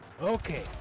Okay